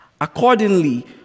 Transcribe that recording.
Accordingly